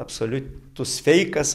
absoliutus feikas